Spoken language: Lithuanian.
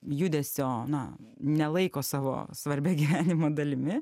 judesio na nelaiko savo svarbia gyvenimo dalimi